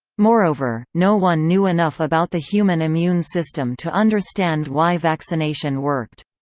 moreover, no one knew enough about the human immune system to understand why vaccination worked.